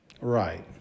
Right